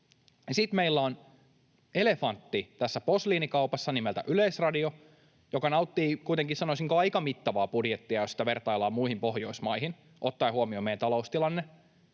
sitten meillä on tässä posliinikaupassa elefantti nimeltä Yleisradio, joka nauttii kuitenkin, sanoisinko, aika mittavaa budjettia, jos sitä vertaillaan muihin Pohjoismaihin ottaen huomioon meidän taloustilanne